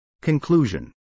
Conclusion